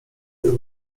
tych